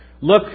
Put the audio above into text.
Look